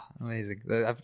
Amazing